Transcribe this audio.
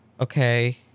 okay